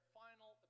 final